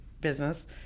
business